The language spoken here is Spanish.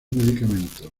medicamentos